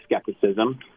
skepticism